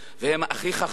והם הכי חכמים,